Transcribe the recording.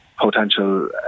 potential